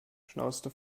schnauzte